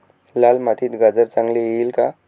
लाल मातीत गाजर चांगले येईल का?